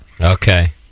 Okay